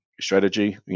strategy